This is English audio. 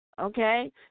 okay